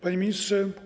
Panie Ministrze!